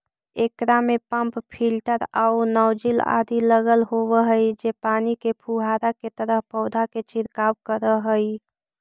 एकरा में pump filter आउ नॉजिल आदि लगल होवऽ हई जे पानी के फुहारा के तरह पौधा पर छिड़काव करऽ हइ